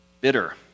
bitter